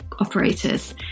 operators